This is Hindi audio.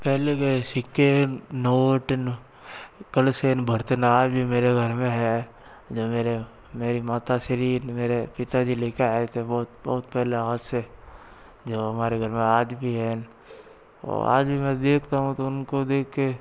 पहले के सिक्के नोट कलेक्शन बर्तन आज भी मेरे घर में है जो मेरे मेरी माताश्री मेरे पिताजी लेके आए थे बहुत बहुत पहले आज से जो हमारे घर में आज भी हैं और आज भी मैं देखता हूँ तो उनको देख के